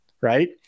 right